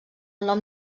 nom